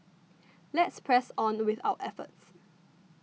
let's press on with our efforts